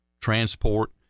transport